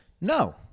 No